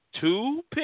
two